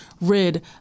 rid